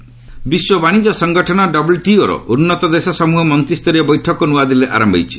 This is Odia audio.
ଡବ୍ଲ୍ୟୁ ଟିଓ ବିଶ୍ୱ ବାଶିଜ୍ୟ ସଂଗଠନ ଡବ୍ଲୁଟିଓର ଉନ୍ନତ ଦେଶ ସମ୍ବହର ମନ୍ତ୍ରୀ ସ୍ତରୀୟ ବୈଠକ ନୂଆଦିଲ୍ଲୀରେ ଆରମ୍ଭ ହୋଇଛି